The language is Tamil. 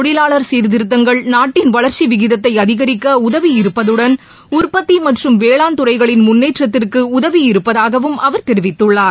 தொழிலாளர் சீர்த்திருத்தங்கள் நாட்டின் வளர்ச்சிவிகிதத்தைஅதிகரிக்கடதவி இருப்பதுடன் உற்பத்திமற்றம் வேளாண் துறைகளின் முன்னேற்றத்திற்குஉதவி இருப்பதாகவும் அவர் தெரிவித்துள்ளார்